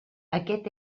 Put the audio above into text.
aquest